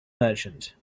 merchant